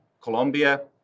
Colombia